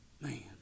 man